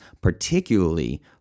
particularly